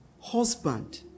husband